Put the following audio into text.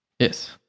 Yes